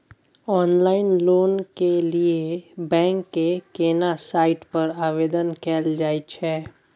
Online loan के लिए bank के केना साइट पर आवेदन कैल जाए छै?